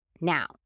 Now